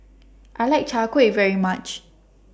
I like Chai Kuih very much